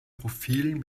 profilen